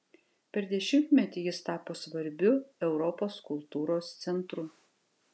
per dešimtmetį jis tapo svarbiu europos kultūros centru